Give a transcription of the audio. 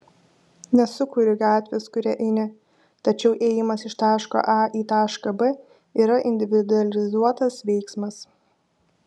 nesukuri gatvės kuria eini tačiau ėjimas iš taško a į tašką b yra individualizuotas veiksmas